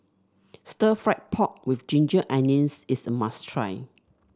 Stir Fried Pork with Ginger Onions is a must try